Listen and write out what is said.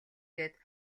гээд